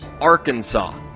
Arkansas